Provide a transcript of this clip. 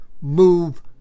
move